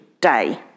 day